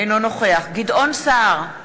אינו נוכח גדעון סער,